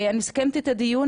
אני מסכמת את הדיון.